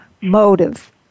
motive